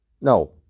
No